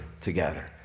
together